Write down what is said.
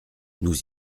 nous